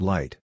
Light